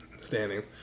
standing